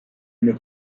une